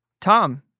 Tom